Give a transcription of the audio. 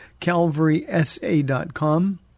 calvarysa.com